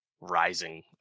rising